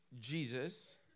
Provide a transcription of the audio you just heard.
Jesus